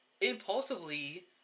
impulsively